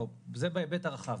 זה בהיבט הרחב,